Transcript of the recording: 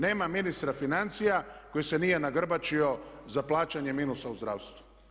Nema ministra financija koji se nije nagrbačio za plaćanje minusa u zdravstvu.